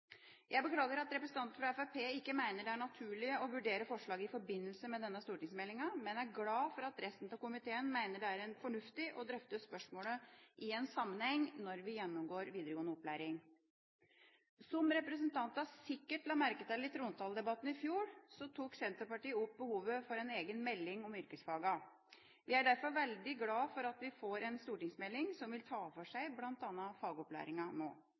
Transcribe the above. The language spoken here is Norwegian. Jeg beklager at representantene fra Fremskrittspartiet ikke mener det er naturlig å vurdere forslaget i forbindelse med denne stortingsmeldinga, men er glad for at resten av komiteen mener det er fornuftig å drøfte spørsmålet i en sammenheng når vi gjennomgår videregående opplæring. Som representantene sikkert la merke til i trontaledebatten i fjor, tok Senterpartiet opp behovet for en egen melding om yrkesfagene. Vi er derfor veldig glade for at vi nå får en stortingsmelding som vil ta for seg bl.a. fagopplæringa.